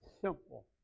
simple